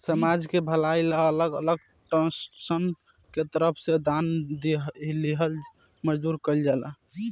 समाज के भलाई ला अलग अलग ट्रस्टसन के तरफ से दान लिहल मंजूर कइल जाला